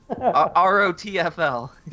R-O-T-F-L